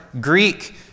Greek